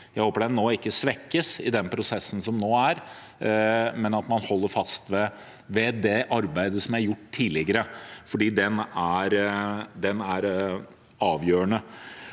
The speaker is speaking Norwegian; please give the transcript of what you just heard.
Jeg håper den ikke svekkes i den prosessen som nå er, men at man holder fast ved det arbeidet som er gjort tidligere, fordi den forskriften er